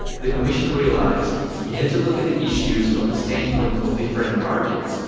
the commission realized it had to look at the issues from the standpoint of different markets,